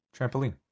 trampoline